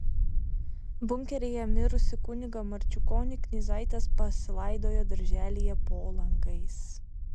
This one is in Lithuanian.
bunkeryje mirusį kunigą marčiukonį knyzaitės pasilaidojo darželyje po langais